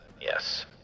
yes